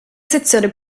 sezione